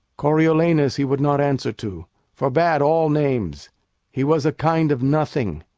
coriolanus he would not answer to forbad all names he was a kind of nothing,